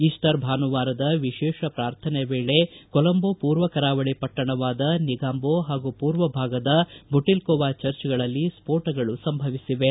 Easter ಭಾನುವಾರದ ವಿಶೇಷ ಪ್ರಾರ್ಥನೆ ವೇಳೆ ಕೋಲಂಬೊ ಪೂರ್ವ ಕರಾವಳಿ ಪಟ್ಟಣವಾದ ನಿಗಾಂಬೋ ಹಾಗೂ ಪೂರ್ವ ಭಾಗದ ಬುಟಲ್ಕೋವಾ ಚರ್ಚ್ಗಳಲ್ಲಿ ಸ್ಫೋಟಗಳು ಸಂಭವಿಸಿವೆ